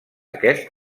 aquest